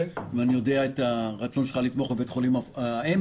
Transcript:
אני יודע את הרצון שלך לתמוך בבית חולים העמק,